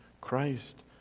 Christ